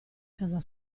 casa